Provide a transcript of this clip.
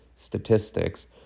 statistics